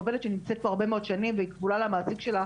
עובדת שנמצאת פה כבר הרבה מאוד שנים והיא כבולה למעסיק שלה,